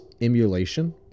emulation